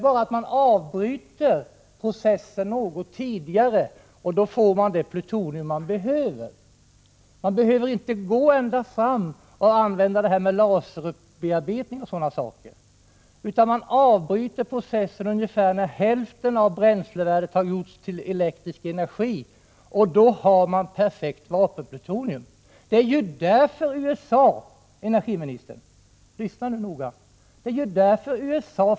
Bara man avbryter processen något tidigare än eljest, får man det plutonium som man vill ha. Man behöver inte fullfölja processen med hjälp av laserbearbetning osv., utan man avbryter processen när ungefär hälften av bränslevärdet har tagits ut i form av elektrisk energi och har då perfekt vapenplutonium. Det är därför som USA -— lyssna nu noga, energiministern!